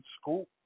school